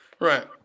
Right